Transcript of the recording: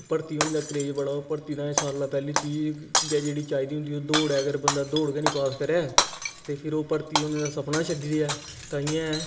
भर्ती होने दा क्रेज बड़ा भर्ती दा सारे कोला पहली चीज गै जेहडी चाहिदी होंदी ओह् दौड ऐ अगर बंदा दौड गै नी कड्डी ते फिर ओह् भर्ती होने दा सपना छडी देऐ ताइयें